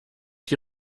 die